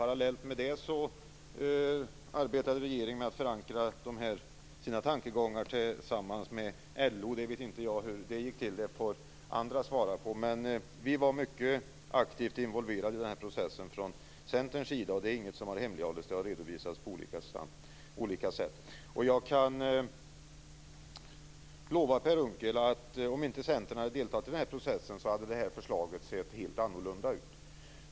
Parallellt med det arbetade regeringen med att förankra sina tankegångar tillsammans med LO. Det vet inte jag hur det gick till. Det får andra svara på. Men vi var mycket aktivt involverade i den processen från Centerns sida. Det är inget som har hemlighållits. Det har redovisats på olika sätt. Jag kan lova Per Unckel att om inte Centern hade deltagit i processen hade det här förslaget sett helt annorlunda ut.